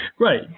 Right